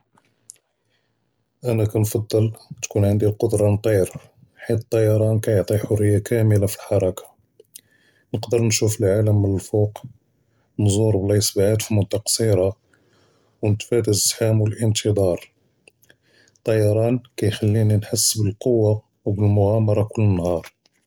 אנה קנפדל tkun ענדי אלכודרה נטיר, חית טיראן קיעט’י חריה קאמל לאלחרכה, נقدر נשוף אלעאלם מן אלפו’ק ונזור בלאيص בעאד פמודה קצירה ונטפאדי זחאם ואנתידאר. טיראן קייחליני נחהס בלקווה ואלמגד’אמרה כל נהאר.